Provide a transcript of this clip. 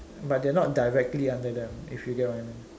but they're not directly under them if you get what I mean